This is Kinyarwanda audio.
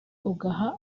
ugaha